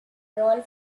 role